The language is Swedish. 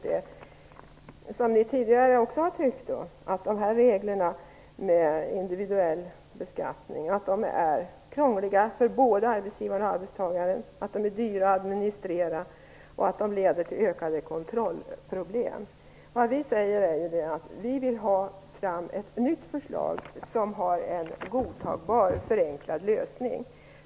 Ni har ju tidigare också tyckt att reglerna med individuell beskattning är krångliga för både arbetsgivare och arbetstagare, att de är dyra att administrera och att de leder till ökade kontrollproblem. Vi vill att man tar fram ett nytt förslag med en godtagbar förenklad lösning.